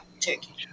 turkey